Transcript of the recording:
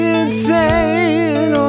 insane